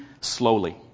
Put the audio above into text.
slowly